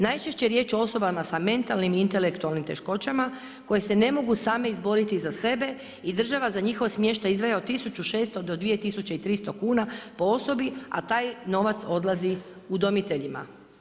Najčešće je riječ o osobama sa mentalnim i intelektualnim teškoćama koje se ne mogu same izboriti za sebe i država za njihov smještaj izdvaja od 1600 do 2300 kuna po osobi, a taj novac odlazi udomiteljima.